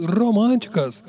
românticas